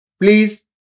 please